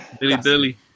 Dilly-dilly